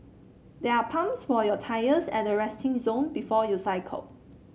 there are pumps for your tyres at the resting zone before you cycle